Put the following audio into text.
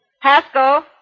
Haskell